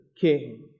king